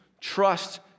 Trust